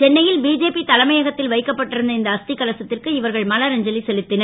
சென்னை ல் பிஜேபி தலைமையகத் ல் வைக்கப்பட்டு இருந்த இந்த அஸ் கலசத் ற்கு இவர்கள் மலரஞ்சலி செலுத் னர்